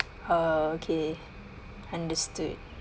oh okay understood